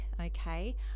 okay